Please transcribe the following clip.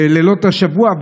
בלילות השבוע,